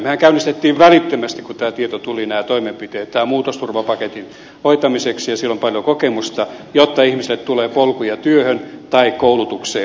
mehän käynnistimme välittömästi kun tämä tieto tuli nämä toimenpiteet tämän muutosturvapaketin hoitamiseksi ja siellä on paljon kokemusta jotta ihmi sille tulee polkuja työhön tai koulutukseen